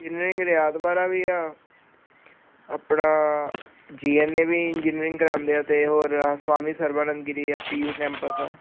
ਕਿੰਨੇ ਕ ਰਿਆਦਬਾਰਾ ਵੀ ਆ ਆਪਣਾ ਜੀ ਐਨ ਏ ਵੀ ਇੰਜਨੀਅਰਿੰਗ ਕਰਾਉਂਦੇ ਆ ਤੇ ਹੋਰ ਸਵਾਮੀ ਸਰਵਰਨ ਗਿਰੀ ਕੈਂਪਸ